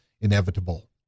inevitable